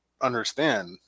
understand